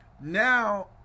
Now